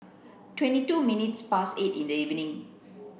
twenty two minutes past eight in the evening